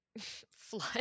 flood